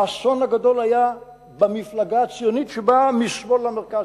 האסון הגדול היה במפלגה הציונית שבאה משמאל למרכז,